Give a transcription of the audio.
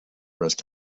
breast